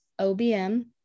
OBM